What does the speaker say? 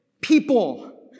people